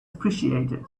appreciated